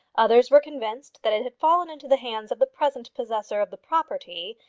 others were convinced that it had fallen into the hands of the present possessor of the property,